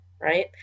right